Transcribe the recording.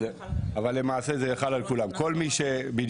אבל למעשה זה חל על כולם, אני